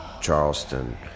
Charleston